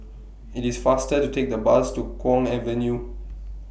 IT IS faster to Take The Bus to Kwong Avenue